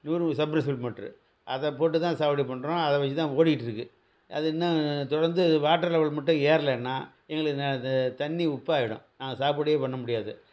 நீர் மூழ்கி சப்ரைஸர் மோட்ரு அதை போட்டு தான் சாகுபடி பண்ணுறோம் அதை வச்சி தான் ஓடிக்கிட்டுருக்கு அது இன்னும் தொடர்ந்து வாட்டர் லெவல் மட்டும் ஏர்லன்னா எங்களுக்கு தண்ணி உப்பாகிடும் நாங்கள் சாகுபடியே பண்ண முடியாது